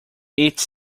its